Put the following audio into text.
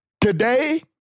Today